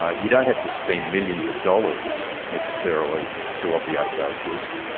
ah you don't have to spend millions of dollars, necessarily, to obviate those risks,